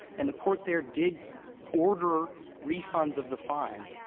and the court there did order refunds of the fines,